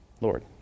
Lord